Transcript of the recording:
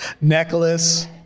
necklace